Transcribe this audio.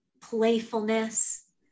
playfulness